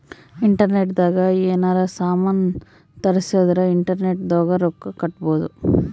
internet ದಾಗ ಯೆನಾರ ಸಾಮನ್ ತರ್ಸಿದರ ಇಂಟರ್ನೆಟ್ ದಾಗೆ ರೊಕ್ಕ ಕಟ್ಬೋದು